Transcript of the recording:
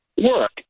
work